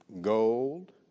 gold